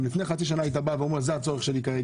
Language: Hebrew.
אם לפני חצי שנה היית אומר שזה הצורך שלך כרגע,